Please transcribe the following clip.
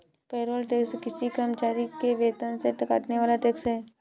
payroll tax किसी कर्मचारी के वेतन से कटने वाला टैक्स है